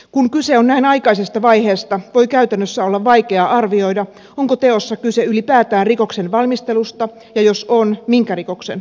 kun kyse on näin aikaisesta vaiheesta voi käytännössä olla vaikeaa arvioida onko teossa kyse ylipäätään rikoksen valmistelusta ja jos on minkä rikoksen valmistelusta